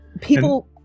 people